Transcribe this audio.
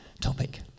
topic